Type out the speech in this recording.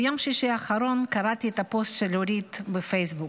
ביום שישי האחרון קראתי את הפוסט של אורית בפייסבוק.